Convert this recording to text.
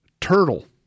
turtle